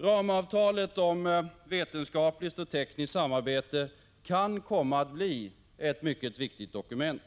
Ramavtalet om vetenskapligt och tekniskt samarbete kan komma att bli ett mycket viktigt dokument.